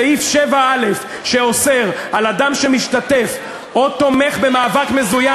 סעיף 7א שאוסר על אדם שמשתתף או תומך במאבק מזוין,